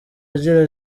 agira